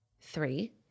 Three